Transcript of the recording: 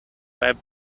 web